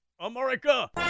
America